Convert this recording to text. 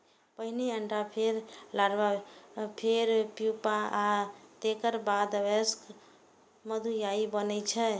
पहिने अंडा, फेर लार्वा, फेर प्यूपा आ तेकर बाद वयस्क मधुमाछी बनै छै